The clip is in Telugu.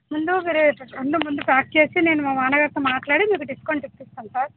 ముందు మీరు ముందు అన్ని ప్యాక్ చేసి నేను మా నాన్నగారితో మాట్లాడి మీకు డిస్కౌంట్ ఇప్పిస్తాను సార్